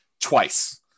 twice